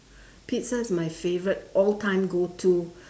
pizza is my favorite all time go to